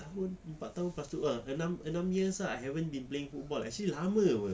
tahun empat tahun pastu ah enam enam years ah I haven't been playing football actually lama [pe]